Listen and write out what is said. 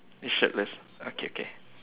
shirtless okay okay